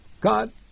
God